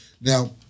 Now